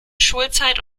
schulzeit